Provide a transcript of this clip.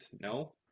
no